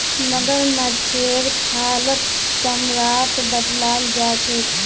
मगरमच्छेर खालक चमड़ात बदलाल जा छेक